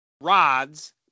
rods